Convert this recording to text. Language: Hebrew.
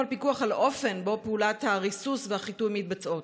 פיקוח על האופן שבו פעולות הריסוס והחיטוי מתבצעות.